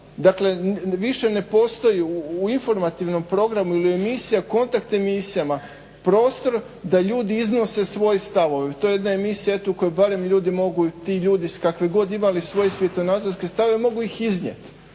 Dakle više ne postoji u informativnom programu ili emisija, kontakt emisija prostor da ljudi iznose svoje stavove, to je jedna emisija eto u kojoj barem ljudi mogu, ti ljudi kakvi god imali svoj svjetonazorski stav, mogu ih iznijet,